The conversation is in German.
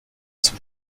zum